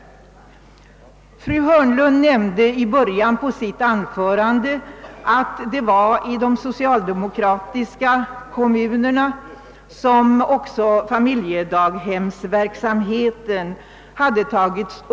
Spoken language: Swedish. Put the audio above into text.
Fru Hörnlund nämnde i början av sitt anförande att det var i de socialdemokratiskt styrda kommunerna som också familjedaghemsverksamheten = utbyggts.